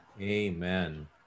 Amen